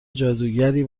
جادوگری